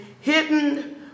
hidden